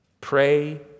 pray